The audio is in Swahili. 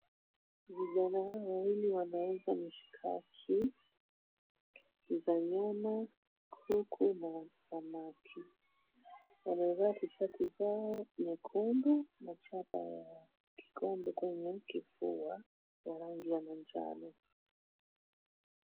Vijana hawa wawili wanauza mishikaki za nyama, kuku na samaki. Wamevaa tishati zao nyekundu na chapa ya kikombe kwenye kifua ya rangi ya manjano.